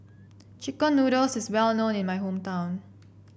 chicken noodles is well known in my hometown